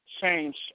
change